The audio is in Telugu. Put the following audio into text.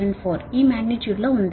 7874 ఈ మాగ్నిట్యూడ్ లో ఉంది